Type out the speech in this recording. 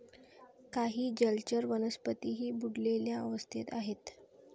काही जलचर वनस्पतीही बुडलेल्या अवस्थेत आहेत